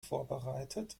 vorbereitet